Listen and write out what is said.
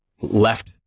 left